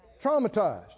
Traumatized